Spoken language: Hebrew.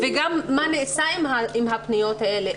וגם מה נעשה עם הפניות האלה,